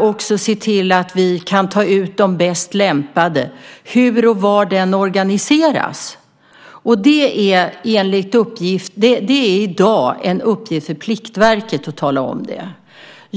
och se till att vi kan ta ut de bäst lämpade organiseras? Det är i dag en uppgift för Pliktverket att tala om det.